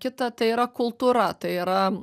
kita tai yra kultūra tai yra